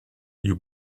you